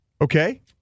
Okay